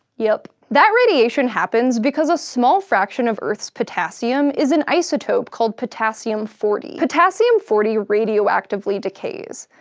yup. that radiation happens because a small fraction of earth's potassium is an isotope called potassium forty. potassium forty radioactively decays,